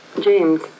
James